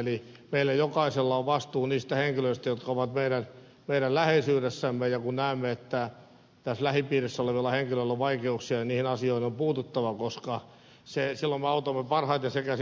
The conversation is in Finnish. eli meillä jokaisella on vastuu niistä henkilöistä jotka ovat meidän läheisyydessämme ja kun näemme että tässä lähipiirissä olevilla henkilöillä on vaikeuksia niihin asioihin on puututtava koska silloin me autamme parhaiten sekä